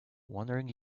wandering